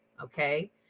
Okay